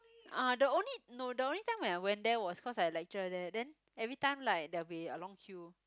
ah the only no the only time when I went there was cause I had lecture there then everytime like there will be a long queue